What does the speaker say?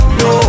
no